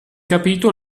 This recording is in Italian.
capito